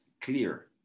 clear